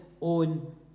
own